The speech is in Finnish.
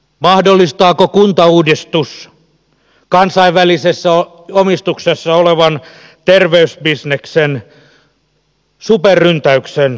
mahdollistaako kuntauudistus kansainvälisessä omistuksessa olevan terveysbisneksen superryntäyksen kuntakentälle